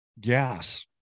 gas